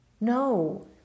No